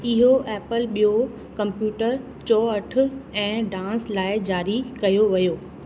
इहो एपल ॿियो कम्यूटर चोहठि ऐं डांस लाइ ज़ारी कयो वियो